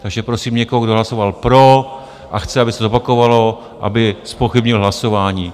Takže prosím někoho, kdo hlasoval pro a chce, aby se zopakovalo, aby zpochybnil hlasování.